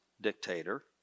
dictator